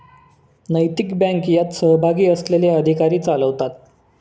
नैतिक बँक यात सहभागी असलेले अधिकारी चालवतात